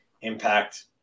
impact